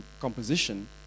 composition